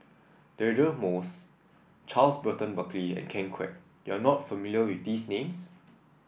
Deirdre Moss Charles Burton Buckley and Ken Kwek you are not familiar with these names